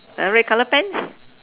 uh red colour pants